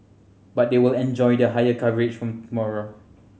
but they will enjoy the higher coverage from tomorrow